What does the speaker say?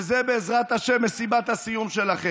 שזאת בעזרת השם מסיבת הסיום שלכם.